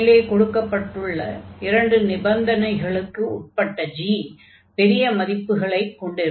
மேலே கொடுக்கப்பட்டுள்ள இரண்டு நிபந்தனைகளுக்கு உட்பட்ட g பெரிய மதிப்புகளைக் கொண்டிருக்கும்